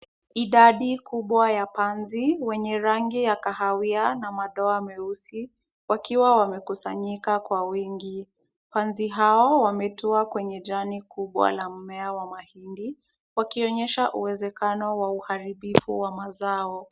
Idadi kubwa ya panzi wenye rangi ya kahawia na madoa meusi wakiwa wamekusanyika kwa wingi. Panzi hao wametua kwenye jani kubwa la mmea wa mahindi, wakionyesha uwezekano wa uharibifu wa mazao.